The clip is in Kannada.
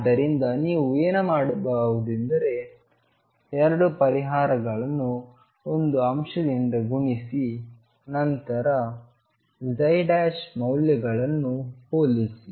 ಆದ್ದರಿಂದ ನೀವು ಏನು ಮಾಡಬಹುದೆಂದರೆ ಎರಡು ಪರಿಹಾರಗಳನ್ನು ಒಂದು ಅಂಶದಿಂದ ಗುಣಿಸಿ ನಂತರ ಮೌಲ್ಯಗಳನ್ನು ಹೋಲಿಸಿ